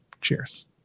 Cheers